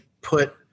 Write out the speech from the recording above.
put